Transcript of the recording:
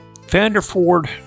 Vanderford